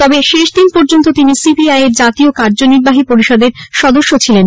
তবে শেষদিন পর্যন্ত তিনি সি পি আই এর জাতীয় কার্যনির্বাহী পরিষদের সদস্য ছিলেন